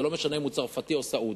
זה לא משנה אם הוא צרפתי או סעודי.